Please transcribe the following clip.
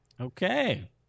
Okay